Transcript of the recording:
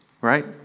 right